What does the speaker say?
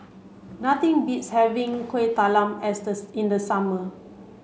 nothing beats having Kuih Talam as this in the summer